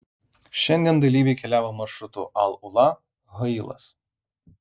šiandien dalyviai keliavo maršrutu al ula hailas